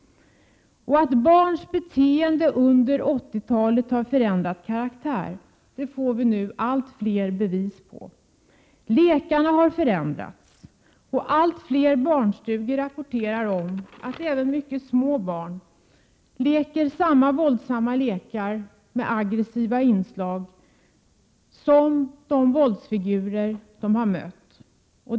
Att barns beteende under 80-talet har förändrat karaktär får vi nu allt fler bevis på. Lekarna har förändrats, och allt fler barnstugor rapporterar att även mycket små barn leker våldsamma lekar med samma aggressiva inslag som finns hos de våldsfigurer de möter.